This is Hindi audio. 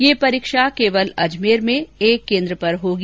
ये परीक्षा केवल अजमेर में एक केंद्र पर होगी